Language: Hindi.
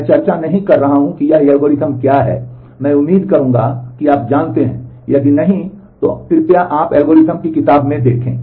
मैं चर्चा नहीं कर रहा हूं कि ये एल्गोरिदम क्या हैं मैं उम्मीद करूंगा कि आप जानते हैं यदि नहीं तो कृपया आप अल्गोरिथम किताब में देखें